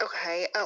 Okay